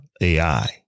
AI